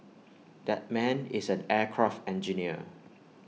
that man is an aircraft engineer